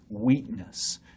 weakness